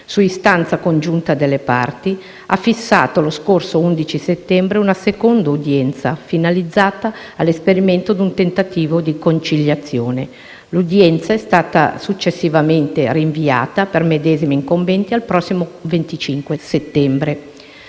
su istanza congiunta delle parti - ha fissato, lo scorso 11 settembre, una seconda udienza finalizzata all'esperimento di un tentativo di conciliazione. L'udienza è stata successivamente rinviata, per i medesimi incombenti, al prossimo 25 settembre.